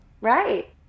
Right